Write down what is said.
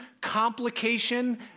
complication